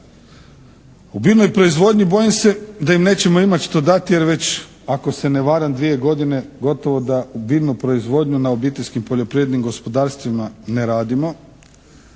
U biljnoj proizvodnji bojim se da im nećemo imati što dati jer već ako se ne varam dvije godine gotovo da u biljnu proizvodnju na obiteljskim poljoprivrednim gospodarstvima ne radimo,